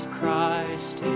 Christ